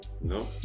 No